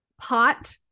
pot